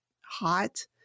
hot